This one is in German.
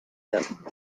werden